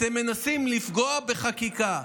אתם מנסים לפגוע בחקיקה,